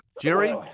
Jerry